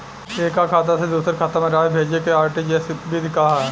एकह खाता से दूसर खाता में राशि भेजेके आर.टी.जी.एस विधि का ह?